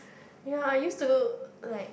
ya I used to like